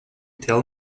tell